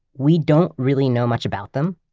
we don't really know much about them,